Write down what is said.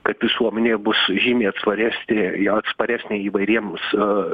kad visuomenė bus žymiai atsparesnė atsparesnė įvairiems